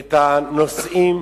את הנוסעים